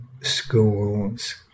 schools